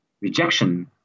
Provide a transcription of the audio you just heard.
rejection